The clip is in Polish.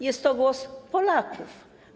Jest to głos Polaków.